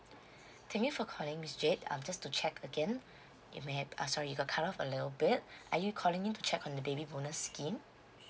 thank you for calling miss jade um just to check again you may have uh sorry you got cutoff a little bit are you calling in check on the baby bonus scheme